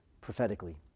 prophetically